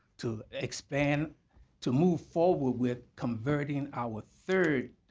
to expand to move forward with converting our third